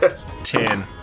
Ten